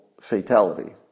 fatality